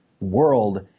world